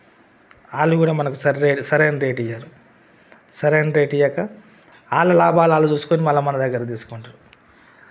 వాళ్ళు కూడా మనకి స సరైన రేటు ఇయ్యరు సరైన రేటు ఇయ్యక ఆళ్ళ లాభాలు ఆళ్ళు చూస్కొని మళ్ళ మనదగ్గర తీస్కుంటారు